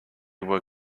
were